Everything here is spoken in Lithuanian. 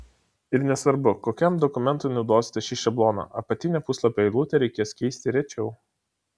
ir nesvarbu kokiam dokumentui naudosite šį šabloną apatinę puslapio eilutę reikės keisti rečiau